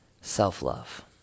Self-love